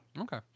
Okay